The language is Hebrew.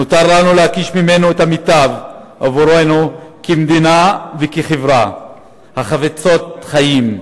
נותר לנו להקיש ממנו את המיטב עבורנו כמדינה וכחברה החפצות חיים.